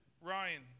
Ryan